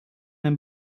den